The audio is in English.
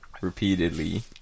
repeatedly